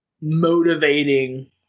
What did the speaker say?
motivating